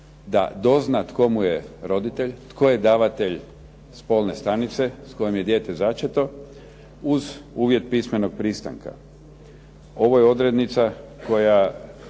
da dozna tko mu je roditelj, tko je davatelj spolne stanice s kojom je dijete začeto uz uvjet pismenog pristanka. Ovo je odrednica koja